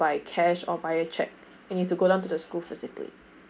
by cash or via cheque and you have to go down to the school facilitate